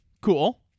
cool